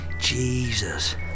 Jesus